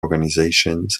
organizations